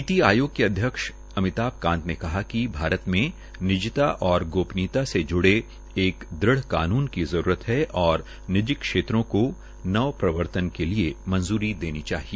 नीति आयोग के अध्यक्ष अमिताभ कांत ने कहा कि भारत मे निजता और गोपनीयता से जूड़े एक दृढ़ कानून की जरूरत है निजी क्षेत्रों को नव प्रवर्तन के लिए मंजूरी देनी चाहिए